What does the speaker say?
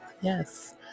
yes